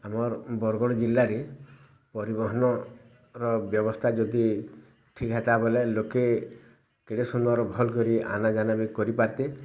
ଆମର୍ ବରଗଡ଼ ଜିଲ୍ଲାରେ ପରିବହନର ବ୍ୟବସ୍ଥା ଯଦି ଠିକ୍ ଥାନ୍ତା ବୋଲେ ଲୋକେ କେଡ଼େ ସୁନ୍ଦର ଭଲ୍ କରି ଆନା ଯାନା ବି କରିପାରିତେ